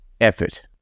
effort